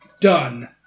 Done